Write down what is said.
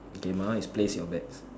okay my one is place your bets